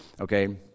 okay